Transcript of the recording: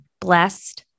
blessed